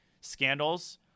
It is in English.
scandals